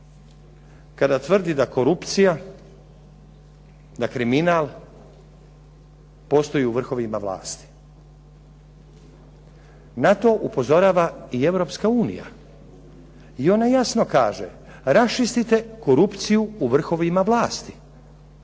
kada tvrdi da korupcija, da kriminal postoji u vrhovima vlasti. Na to upozorava i Europska unija i ona jasno kaže raščistite korupciju u vrhovima vlasti,